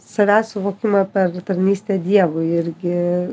savęs suvokimą per tarnystę dievui irgi